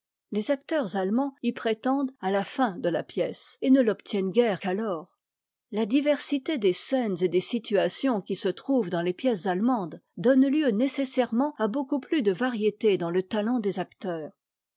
les acteurs allemands y prétendent à la fin de la pièce et ne l'obtiennent guère qu'alors la diversité des scènes et des situations qui se trouvent dans les pièces allemandes donne lieu nécessairement à beaucoup plus de variété dans le talent des acteurs